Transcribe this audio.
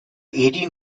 eighteen